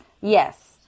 Yes